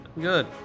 Good